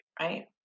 right